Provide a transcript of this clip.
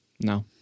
No